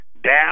down